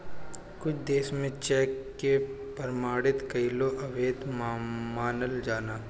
कुछ देस में चेक के प्रमाणित कईल अवैध मानल जाला